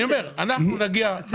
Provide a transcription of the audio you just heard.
אני אומר שאנחנו נגיע להסכמה.